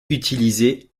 utilisé